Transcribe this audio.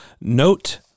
Note